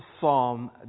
psalm